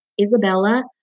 Isabella